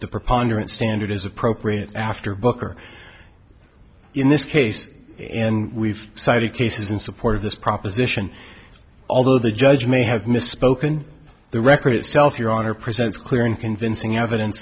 the preponderance standard is appropriate after booker in this case and we've cited cases in support of this proposition although the judge may have misspoken the record itself your honor presents clear and convincing evidence